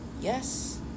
yes